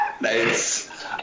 nice